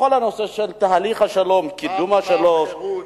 בכל הנושא של תהליך השלום, קידום השלום, חרות,